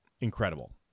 incredible